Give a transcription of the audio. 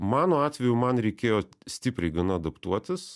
mano atveju man reikėjo stipriai gana adaptuotis